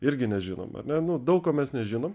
irgi nežinom ar ne nu daug ko mes nežinom